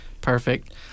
Perfect